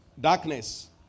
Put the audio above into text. Darkness